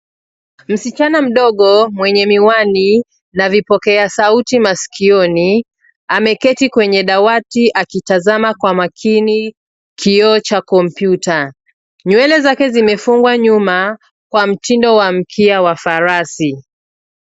Msichana mdogo mwenye miwani na vipokea sauti masikioni ameketi kwenye dawati akitazama kwa makini kioo cha kompyuta. Nywele zake zimefungwa nyuma kwa mtindo wa mkia wa farasi.